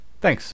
Thanks